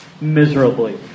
miserably